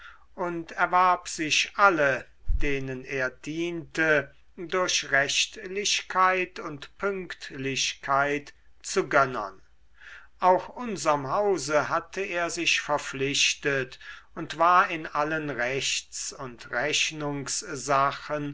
und erwarb sich alle denen er diente durch rechtlichkeit und pünktlichkeit zu gönnern auch unserm hause hatte er sich verpflichtet und war in allen rechts und